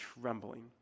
trembling